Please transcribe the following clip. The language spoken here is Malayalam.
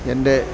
എൻ്റെ